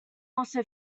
also